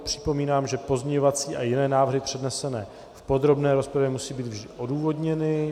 Připomínám, že pozměňovací a jiné návrhy přednesené v podrobné rozpravě musí být vždy odůvodněny.